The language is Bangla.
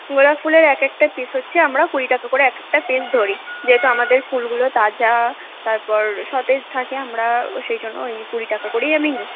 গোলাপ ফুলের এক একটা পিস হচ্ছে আমরা কুড়ি টাকা করে এক একটা পিস ধরি যেহেতু আমাদের ফুলগুলো তাজা তারপর সতেজ থাকে আমরা সেই জন্য ওই কুড়ি টাকা করেই আমি নিই